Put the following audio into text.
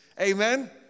Amen